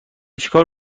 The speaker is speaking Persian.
چکار